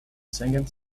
singing